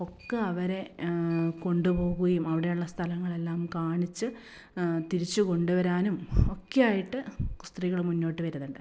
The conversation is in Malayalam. ഒക്കെ അവരെ കൊണ്ട് പോവുകയും അവിടെയുള്ള സ്ഥലങ്ങളെല്ലാം കാണിച്ച് തിരിച്ച് കൊണ്ട് വരാനും ഒക്കെയായിട്ട് സ്ത്രീകൾ മുന്നോട്ട് വരുന്നുണ്ട്